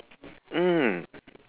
mm